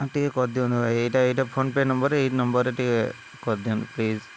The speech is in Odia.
ହଁ ଟିକେ କରିଦିଅନ୍ତୁ ଭାଇ ଏଇଟା ଏଇଟା ଫୋନ୍ ପେ ନମ୍ବର ଏଇ ନମ୍ବର ରେ ଟିକେ କରିଦିଅନ୍ତୁ ପ୍ଲିଜ୍